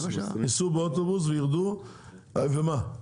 ייסעו באוטובוס וירדו ומה?